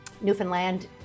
newfoundland